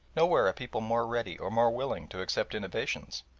nowhere a people more ready or more willing to accept innovations.